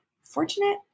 Fortunate